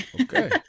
Okay